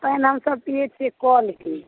पानि हम सब पियैत छियै कलके